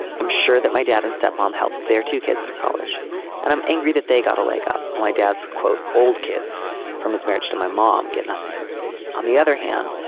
i'm sure that my dad and step mom helped their two kids through college and i'm angry that they got a leg up on my dad's quote old kids from his marriage to my mom get nothing on the other hand.